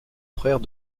frère